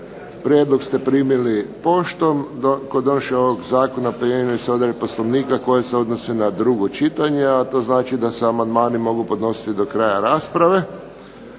Prijedlog ste primili poštom. Kod donošenja ovog zakona primjenjuju se odredbe Poslovnika koje se odnose na drugo čitanje, a to znači da se amandmani mogu podnositi do kraja rasprave.